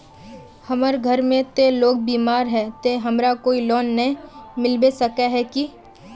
हमर घर में ते लोग बीमार है ते हमरा कोई लोन नय मिलबे सके है की?